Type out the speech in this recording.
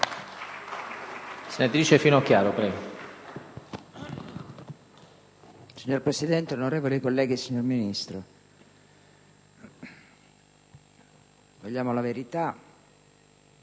Signor Presidente, onorevoli colleghi, signor Ministro, vogliamo la verità